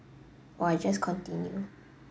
or I just continue